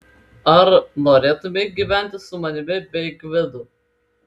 ar norėtumei gyventi su manimi bei gvidu